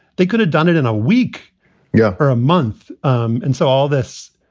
they could have done it in a week yeah or a month. um and so all this,